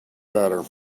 better